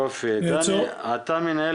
דני, אתה מנהל